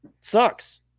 Sucks